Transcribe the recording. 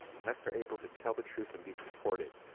unless they are able to tell the truth and be supported,